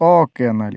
okay എന്നാല്